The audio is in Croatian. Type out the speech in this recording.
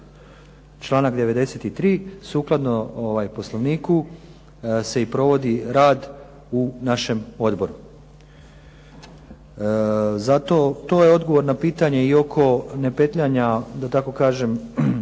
članak 93. sukladno Poslovniku se i provodi rad u našem odboru. To je odgovor na pitanje i oko ne petljanja oko